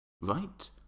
right